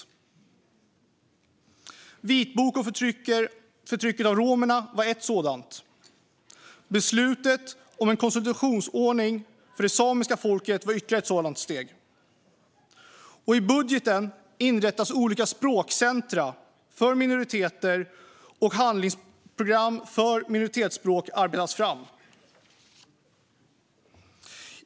En vitbok om förtrycket av romerna var ett sådant. Beslutet om en konsultationsordning för det samiska folket var ytterligare ett sådant steg. Enligt budgeten inrättas olika språkcentrum för minoriteter, och handlingsprogram för minoritetsspråk arbetas fram.